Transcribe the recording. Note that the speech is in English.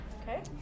Okay